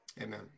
Amen